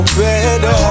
better